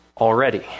already